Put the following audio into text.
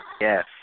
yes